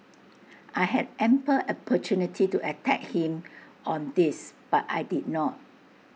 I had ample opportunity to attack him on this but I did not